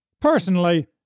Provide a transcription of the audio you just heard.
Personally